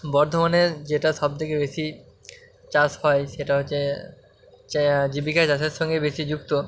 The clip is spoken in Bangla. বর্ধমানে যেটা সব থেকে বেশি চাষ হয় সেটা হচ্ছে জীবিকায় চাষের সঙ্গে বেশি যুক্ত